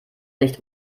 nicht